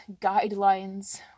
guidelines